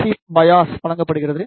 C bias வழங்கப்படுகிறது